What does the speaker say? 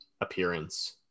appearance